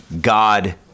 God